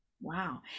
wow